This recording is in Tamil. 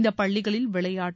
இந்த பள்ளிகளில் விளையாட்டு